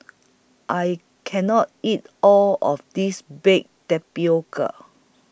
I Can not eat All of This Baked Tapioca